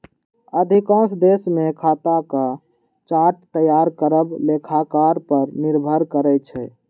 अधिकांश देश मे खाताक चार्ट तैयार करब लेखाकार पर निर्भर करै छै